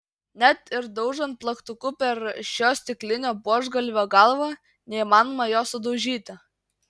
net ir daužant plaktuku per šio stiklinio buožgalvio galvą neįmanoma jo sudaužyti